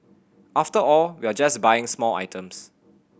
after all we're just buying small items